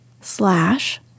slash